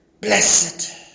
Blessed